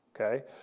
okay